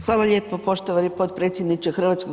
Hvala lijepo poštovani potpredsjedniče HS.